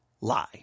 lie